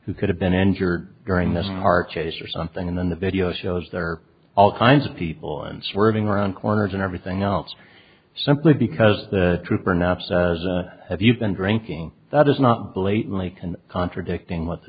who could have been injured during this car chase or something and then the video shows there are all kinds of people and swerving around corners and everything else simply because the trooper naps have you been drinking that is not blatantly can contradicting what the